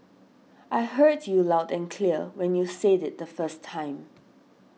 I heard you loud and clear when you said it the first time